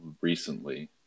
recently